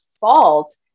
fault